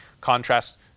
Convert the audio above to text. contrasts